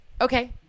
Okay